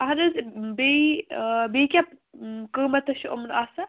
اَہَن حظ بیٚیہِ آ بیٚیہِ کیٛاہ قیمت چھُ یِمَن آسان